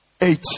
eight